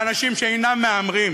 לאנשים שאינם מהמרים,